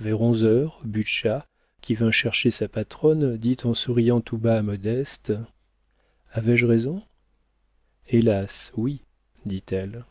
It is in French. vers onze heures butscha qui vint chercher sa patronne dit en souriant tout bas à modeste avais-je raison hélas oui dit-elle